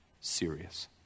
serious